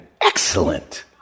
excellent